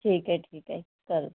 ठीक आहे ठीक आहे चालेल